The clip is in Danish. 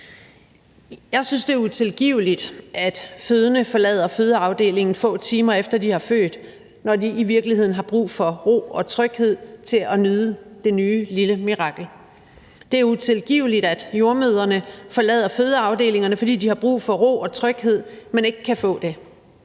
Jeg synes, at det er utilgiveligt, at fødende forlader fødeafdelingen, få timer efter de har født, når de i virkeligheden har brug for ro og tryghed til at nyde det nye lille mirakel. Det er utilgiveligt, at jordemødrene forlader fødeafdelingerne, fordi de har brug for ro og tryghed, men ikke kan få det.